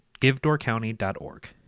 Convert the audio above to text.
givedoorcounty.org